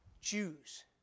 Jews